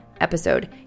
episode